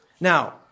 Now